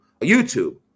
YouTube